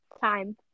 time